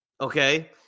okay